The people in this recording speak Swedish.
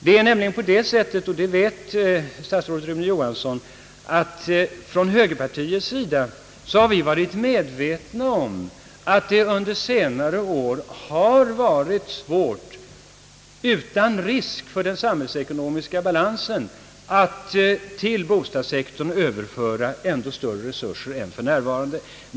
Det är nämligen på det sättet — och det vet statsrådet Rune Johansson — att vi inom högerpartiet har varit medvetna om att det under senare år har varit svårt att utan risk för den samhällsekonomiska balansen till bostadssektorn överföra ännu större resurser än för närvarande.